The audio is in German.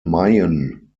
mayen